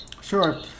Sure